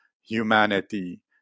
humanity